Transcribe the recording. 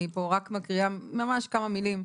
אני רק מקריאה ממש כמה מילים,